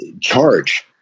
charge